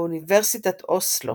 באוניברסיטת אוסלו